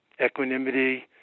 equanimity